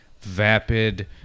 vapid